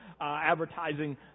advertising